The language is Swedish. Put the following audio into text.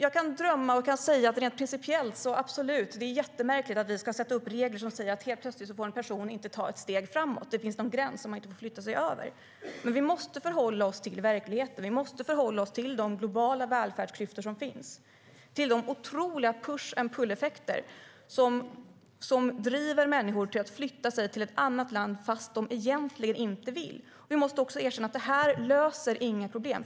Jag kan drömma om och rent principiellt säga att absolut, det är jättemärkligt att vi ska sätta upp regler som säger att helt plötsligt får en person inte ta ett steg framåt, att det finns en gräns som man inte får gå över. Men vi måste förhålla oss till verkligheten. Vi måste förhålla oss till de globala välfärdsklyftor som finns, till de otroliga push-and-pull-effekter som driver människor att flytta till ett annat land fast de egentligen inte vill. Vi måste också erkänna att det inte löser några problem.